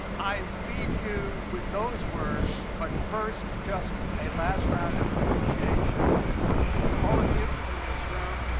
i leave you with those words, but first just a last round of appreciation to all of you in this room,